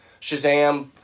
Shazam